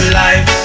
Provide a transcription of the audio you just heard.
life